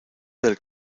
del